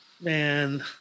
man